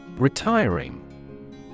Retiring